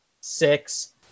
six